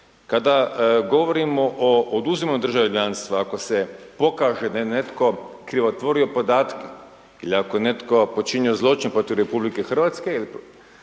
Kada govorimo o oduzimanju državljanstva, ako se pokaže da je netko krivotvorio podatke, ili ako je netko počinio zločin protiv RH onda isto